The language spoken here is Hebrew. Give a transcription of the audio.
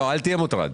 אל תהיה מוטרד.